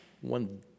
one